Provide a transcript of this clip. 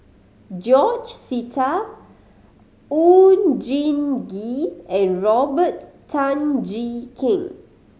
George Sita Oon Jin Gee and Robert Tan Jee Keng